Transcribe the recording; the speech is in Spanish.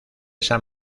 san